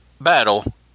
battle